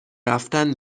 رفتن